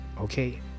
okay